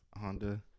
Honda